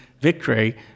victory